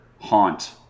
haunt